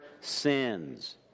sins